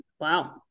Wow